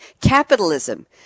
Capitalism